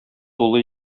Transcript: тулы